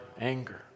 anger